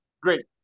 Great